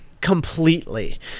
Completely